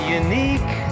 unique